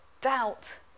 doubt